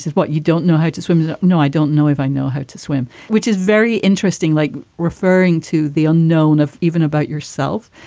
what? you don't know how to swim? you know, i don't know if i know how to swim, which is very interesting, like referring to the unknown of even about yourself.